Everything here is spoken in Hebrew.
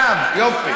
עכשיו, יופי.